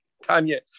Tanya